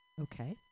Okay